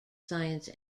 science